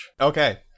Okay